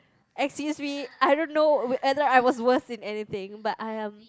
excuse me I don't know whether I was worst in anything but I am